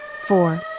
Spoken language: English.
four